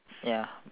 ya